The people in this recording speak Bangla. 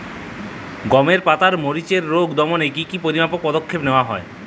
গমের পাতার মরিচের রোগ দমনে কি কি পরিমাপক পদক্ষেপ নেওয়া হয়?